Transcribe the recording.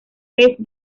pez